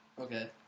Okay